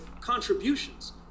contributions